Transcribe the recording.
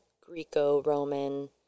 Greco-Roman